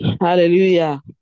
hallelujah